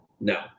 No